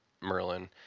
Merlin